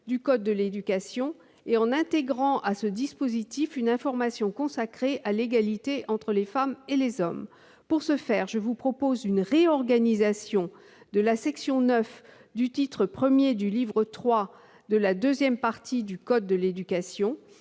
du code de l'éducation et en intégrant à ce dispositif une information consacrée à l'égalité entre les femmes et les hommes. Pour ce faire, je vous propose une réorganisation de la section 9 du titre I du livre III de la deuxième partie du code de l'éducation,